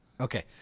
Okay